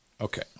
Okay